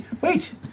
wait